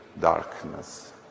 darkness